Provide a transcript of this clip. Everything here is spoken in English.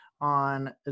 on